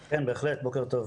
כן, בהחלט, בוקר טוב.